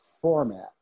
format